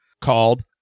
called